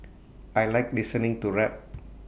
I Like listening to rap